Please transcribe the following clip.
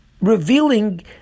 revealing